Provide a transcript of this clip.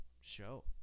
show